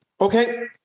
okay